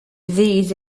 these